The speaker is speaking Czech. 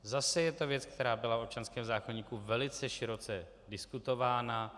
Zase je to věc, která byla v občanském zákoníku velice široce diskutována.